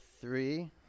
Three